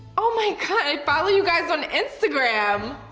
oh my kind of ah ah you guys on instagram.